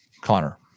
Connor